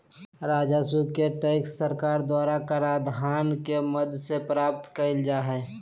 राजस्व के टैक्स सरकार द्वारा कराधान के माध्यम से प्राप्त कइल जा हइ